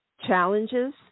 challenges